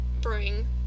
bring